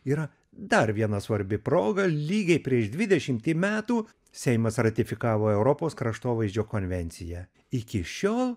yra dar viena svarbi proga lygiai prieš dvidešimtį metų seimas ratifikavo europos kraštovaizdžio konvenciją iki šiol